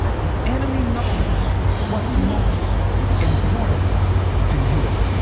the enemy knows what's most important to you.